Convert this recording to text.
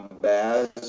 Baz